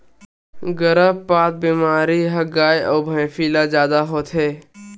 गरभपात वाला बेमारी ह गाय अउ भइसी ल जादा होथे